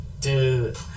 dude